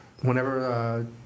whenever